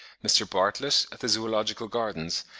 mr. bartlett, at the zoological gardens,